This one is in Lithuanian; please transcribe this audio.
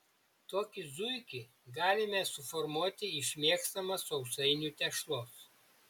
tokį zuikį galime suformuoti iš mėgstamos sausainių tešlos